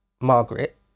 Margaret